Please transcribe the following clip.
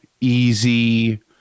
easy